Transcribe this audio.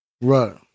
Right